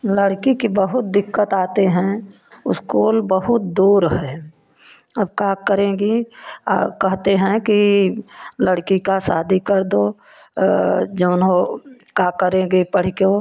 लड़की के बहुत दिक्कत आते हैं उस्कूल बहुत दूर है अब का करेंगी कहते हैं कि लड़की का शादी कर दो जऊन हो का करेंगी पढ़ के वो